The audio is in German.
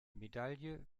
medaille